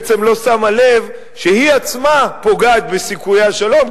בעצם לא שמה לב שהיא עצמה פוגעת בסיכויי השלום,